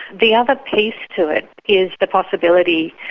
the other piece to it is the possibility,